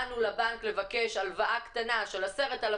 באנו לבנק לבקש הלוואה קטנה של 10,000,